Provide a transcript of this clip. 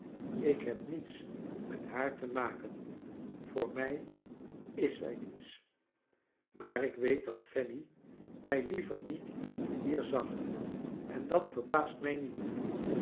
ik heb niets met haar te maken voor mij is zij niets maar ik weet dat fanny mij liever niet hier zag en dat verbaast mij niet